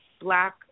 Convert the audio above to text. Black